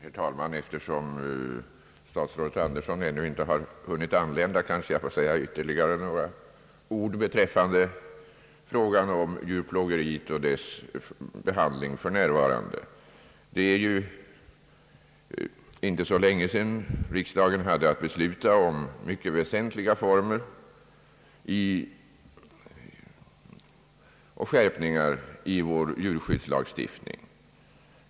Herr talman! Eftersom statsrådet Andersson ännu inte har hunnit anlända, kanske jag får säga ytterligare några ord i frågan om djurplågeriet och dess behandling för närvarande. Det är inte så länge sedan riksdagen hade att besluta om mycket väsentliga reformer och skärpningar i vår djurskyddslagstiftning.